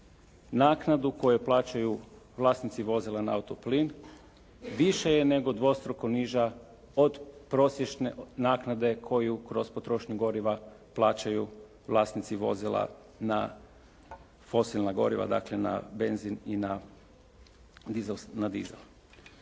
naknadu koju plaćaju vlasnici vozila na autoplin više je nego dvostruko niža od prosječne naknade koju kroz potrošnju goriva plaćaju vlasnici vozila na fosilna goriva, dakle na benzin i na dizel.